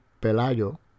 Pelayo